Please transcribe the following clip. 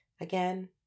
again